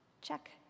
Check